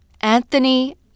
Anthony